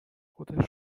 خودش